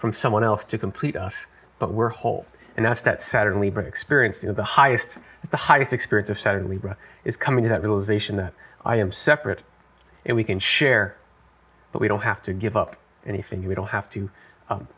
from someone else to complete but we're whole and that's that saturn libra experience you know the highest the highest experience of suddenly rush is coming to that realization that i am separate and we can share but we don't have to give up anything we don't have to